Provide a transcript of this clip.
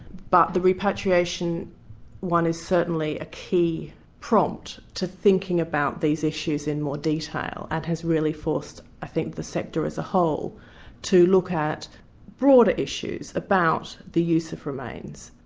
but the repatriation one is certainly a key prompt to thinking about these issues in more detail, and has really forced i think the sector as a whole to look at broader issues about the use of remains.